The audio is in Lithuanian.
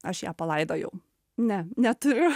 aš ją palaidojau ne neturiu